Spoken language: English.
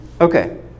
Okay